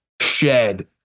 shed